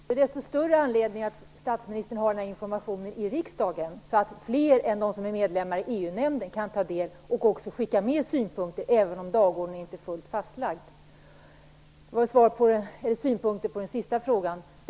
Fru talman! Då finns det desto större anledning för statsministern att lämna den här informationen i riksdagen, så att fler än EU-nämndens medlemmar kan ta del av den och också skicka med synpunkter, även om dagordningen inte är fullt fastlagd. Det var en synpunkt på den sista frågan.